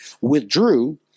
withdrew